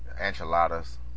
Enchiladas